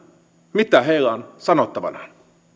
mitä heillä on sanottavanaan